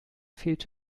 fehlt